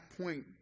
point